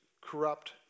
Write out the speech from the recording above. corrupt